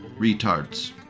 retards